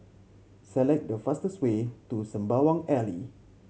select the fastest way to Sembawang Alley